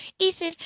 ethan